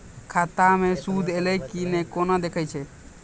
खाता मे सूद एलय की ने कोना देखय छै?